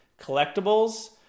collectibles